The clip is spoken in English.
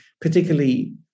particularly